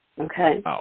Okay